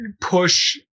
push